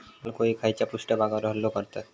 लाल कोळी खैच्या पृष्ठभागावर हल्लो करतत?